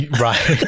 right